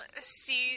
see